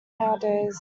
nowadays